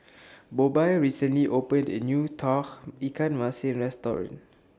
Bobbye recently opened A New Tauge Ikan Masin Restaurant